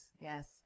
yes